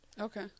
Okay